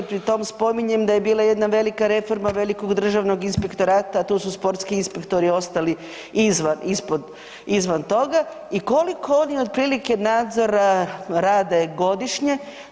Pri tom spominjem da je bila jedna velika reforma velikog državnog inspektora tu su sportski inspektori ostali izvan, ispod, izvan toga i koliko oni otprilike nadzora rade godišnje?